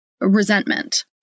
resentment